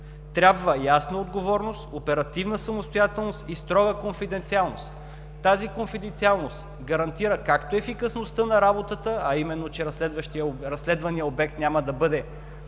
Трябва ясна отговорност, оперативна самостоятелност и строга конфиденциалност. Тази конфиденциалност гарантира както ефикасността на работата, а именно, че разследваният обект няма да бъде